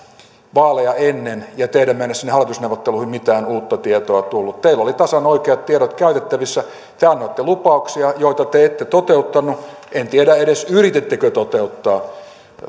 vaaleja ennen ja teidän mennessänne hallitusneuvotteluihin mitään uutta tietoa tullut teillä oli tasan oikeat tiedot käytettävissä te annoitte lupauksia joita te ette toteuttaneet en tiedä yritittekö edes toteuttaa